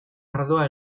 ardoa